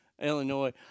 Illinois